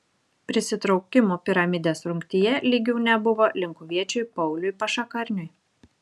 prisitraukimų piramidės rungtyje lygių nebuvo linkuviečiui pauliui pašakarniui